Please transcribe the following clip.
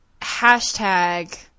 Hashtag